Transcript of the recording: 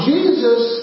Jesus